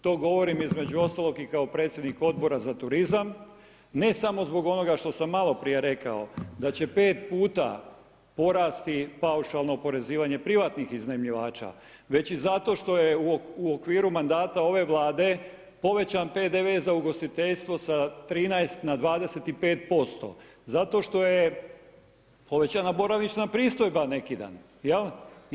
To govorim, između ostalog i kao predsjednik Odbora za turizam, ne samo zbog onoga što sam malo prije rekao, da će 5 puta porasti paušalno oporezivanje privatnih iznajmljivača, već i zato što je u okviru mandata ove Vlade povećan PDV za ugostiteljstvo sa 13 na 25% zato što je povećana boravišna pristojba neki daj, jel.